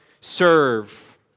serve